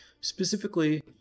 specifically